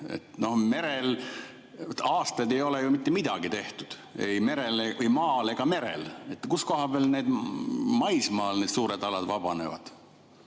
No aastaid ei ole ju mitte midagi tehtud ei maal ega merel. Kus koha peal maismaal need suured alad vabanevad?